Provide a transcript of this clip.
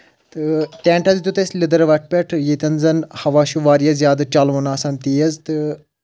تہٕ ٹؠنٛٹَس دیُت أسۍ لیدٔر وٹ پؠٹھ ییٚتؠن زَن ہوا چھُ واریاہ زیادٕ چَلوُن آسان تیز تہٕ